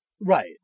Right